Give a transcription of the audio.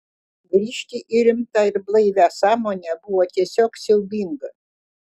grįžti į rimtą ir blaivią sąmonę buvo tiesiog siaubinga